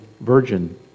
virgin